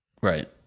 Right